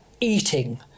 eating